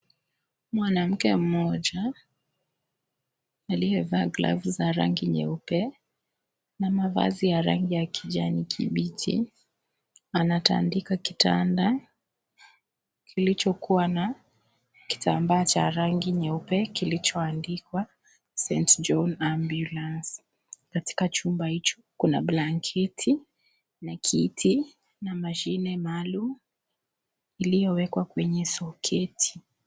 Mwanamke mmoja aliyevaa glavu za rangi nyeupe na mavazi ya rangi ya kijani kibichi anatandika kitanda kilichokuwa na kitambaa cha rangi nyeupe kilicho andikwa St. John Ambulance katika chumba hicho kuna blanketi na kiti na mashine maalum iliyowekwa kwenye soketi.